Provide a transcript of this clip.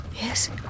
Yes